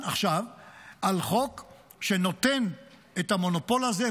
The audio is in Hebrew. ועכשיו על חוק שנותן את המונופול הזה,